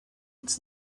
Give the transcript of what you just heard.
its